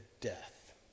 death